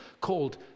called